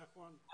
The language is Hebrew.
נכון.